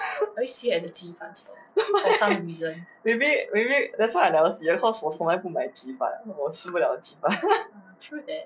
maybe maybe that's why I always never see her cause 我从来不买鸡饭因为我吃不了鸡饭